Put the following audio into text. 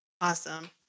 Awesome